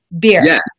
Beer